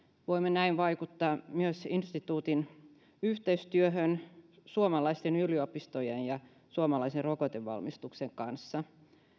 voimme näin vaikuttaa myös instituutin yhteistyöhön suomalaisten yliopistojen ja suomalaisen rokotevalmistuksen kanssa